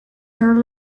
her